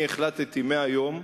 אני החלטתי מהיום,